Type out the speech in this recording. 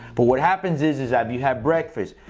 but what happens is is that you have breakfast.